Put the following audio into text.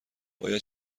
باید